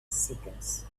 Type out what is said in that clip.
seconds